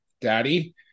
daddy